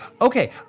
Okay